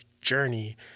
journey